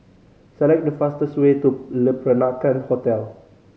select the fastest way to Le Peranakan Hotel